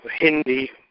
Hindi